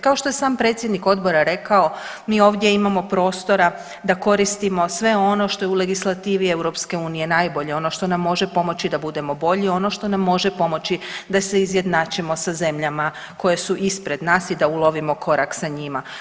Kao što je i sam predsjednik Odbora rekao mi ovdje imamo prostora da koristimo sve ono što je u legislativi Europske unije najbolje ono što nam može pomoći da budemo bolji, ono što nam može pomoći da se izjednačimo sa zemljama koje su ispred nas i da ulovimo korak sa njima.